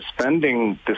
spending